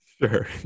Sure